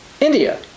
India